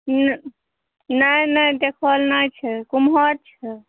नहि नहि देखल नहि छै किमहर छै